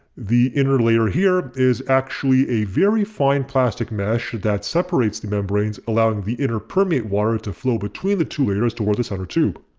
the inner layer here is actually a very fine plastic mesh that separates the membranes allowing the inner permeate water to flow between the two layers toward the center tube.